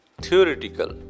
theoretical